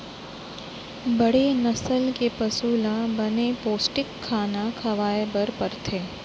बड़े नसल के पसु ल बने पोस्टिक खाना खवाए बर परथे